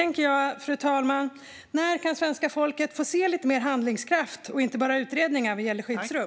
När kan svenska folket se lite mer handlingskraft och inte bara utredningar när det gäller skyddsrum?